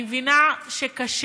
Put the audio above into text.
אני מבינה שקשה,